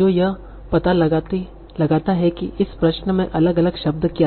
जो यह पता लगाता है कि इस प्रश्न में अलग अलग शब्द क्या हैं